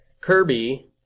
Kirby